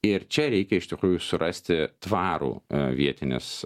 ir čia reikia iš tikrųjų surasti tvarų vietinės